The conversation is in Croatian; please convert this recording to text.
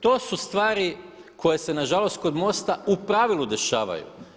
To su stvari koje se nažalost kod MOST-a u pravilu dešavaju.